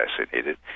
assassinated